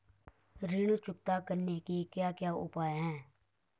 ऋण चुकता करने के क्या क्या उपाय हैं?